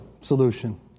solution